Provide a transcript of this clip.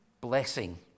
blessing